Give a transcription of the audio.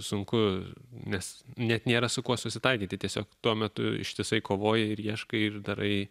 sunku nes net nėra su kuo susitaikyti tiesiog tuo metu ištisai kovoji ir ieškai ir darai